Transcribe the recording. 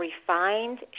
refined